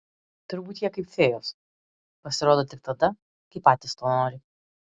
turbūt jie kaip fėjos pasirodo tik tada kai patys to nori